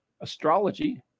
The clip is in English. astrology